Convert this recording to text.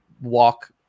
walk